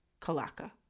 Kalaka